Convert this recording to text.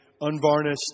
Unvarnished